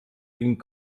ging